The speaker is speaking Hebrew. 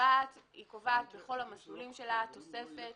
קובעת תוספת